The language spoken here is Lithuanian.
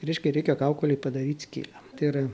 reiškia reikia kaukolėj padaryt skylę tai yra